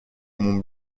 m’ont